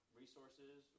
resources